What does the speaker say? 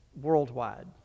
worldwide